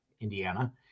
Indiana